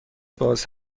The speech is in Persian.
باز